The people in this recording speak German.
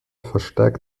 verstärkt